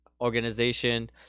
organization